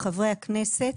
חברי הכנסת,